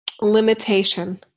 limitation